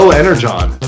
energon